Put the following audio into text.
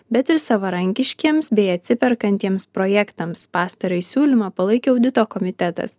bet ir savarankiškiems bei atsiperkantiems projektams pastarąjį siūlymą palaikė audito komitetas